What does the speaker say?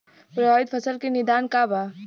प्रभावित फसल के निदान का बा?